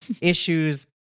issues